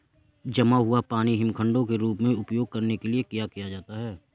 जमा हुआ पानी हिमखंडों के रूप में उपयोग करने के लिए किया जाता है